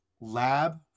lab